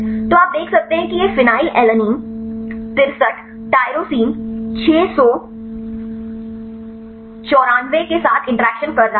तो आप देख सकते हैं कि ये फेनिलएलनिन 63 टायरोसिन 694 के साथ इंटरैक्शन कर रहा है